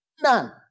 None